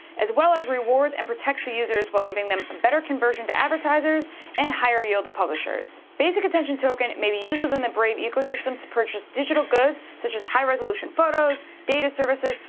as well as rewards and protects the users while giving them a better conversion to advertisers and higher yield the publishers. basic attention token may be used within the brave ecosystem to purchase digital goods such as high-resolution photos, data services,